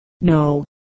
no